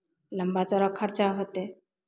लम्बा चौड़ा खर्चा होतै